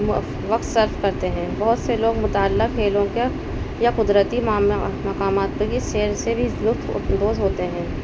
وقت صرف کرتے ہیں بہت سے لوگ مطالعہ کھیلوں کے یا قدرتی مقامات پر یہ سیر سے بھی لطف اندوز ہوتے ہیں